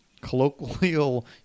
Colloquial